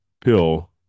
pill